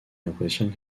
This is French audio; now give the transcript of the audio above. impressionne